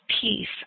peace